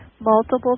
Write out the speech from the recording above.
Multiple